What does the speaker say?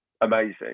amazing